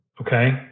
okay